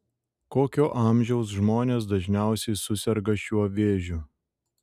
kokio amžiaus žmonės dažniausiai suserga šiuo vėžiu